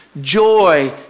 Joy